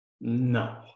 No